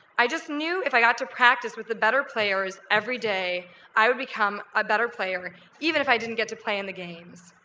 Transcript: i just knew if i got to practice with the better players every day i would become a better player even if i didn't get to play in the games.